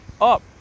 up